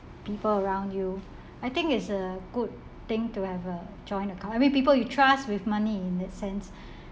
people around you I think is a good thing to have a joint account I mean people you trust with money in that sense